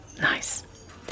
Nice